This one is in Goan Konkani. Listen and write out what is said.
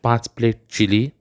पांच प्लेट चिली